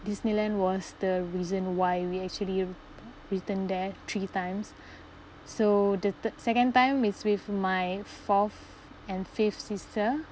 disneyland was the reason why we actually returned there three times so the third second time is with my fourth and fifth sister